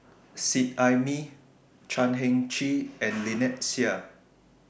Seet Ai Mee Chan Heng Chee and Lynnette Seah